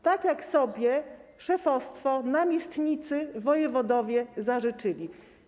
Tak jak sobie szefostwo, namiestnicy, wojewodowie zażyczyli.